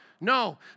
No